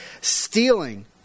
stealing